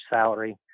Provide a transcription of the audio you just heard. salary